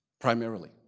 primarily